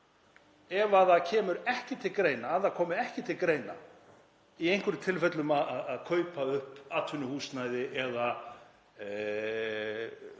að það komi ekki til greina í einhverjum tilfellum að kaupa upp atvinnuhúsnæði